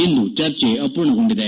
ಇಂದು ಚರ್ಚೆ ಅಮೂರ್ಣಗೊಂಡಿದೆ